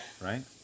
right